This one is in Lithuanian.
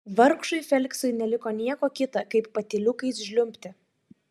vargšui feliksui neliko nieko kita kaip patyliukais žliumbti